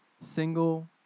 single